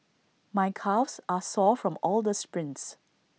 my calves are sore from all the sprints